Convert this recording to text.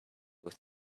with